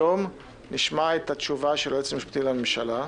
היישום אולי צריך להיות קצת שונה,